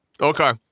Okay